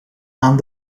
aan